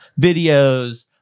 videos